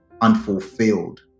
Unfulfilled